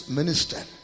Minister